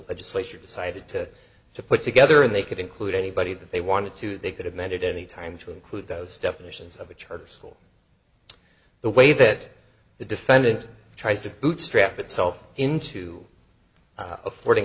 legislature decided to to put together and they could include anybody that they wanted to they could have mended any time to include those definitions of a charter school the way that the defendant tries to bootstrap itself into affording